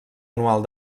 anual